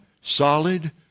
solid